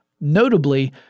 Notably